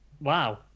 wow